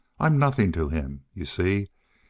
i'm nothing to him, you see?